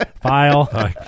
file